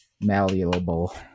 malleable